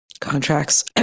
contracts